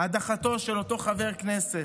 הדחתו של אותו חבר כנסת,